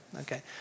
Okay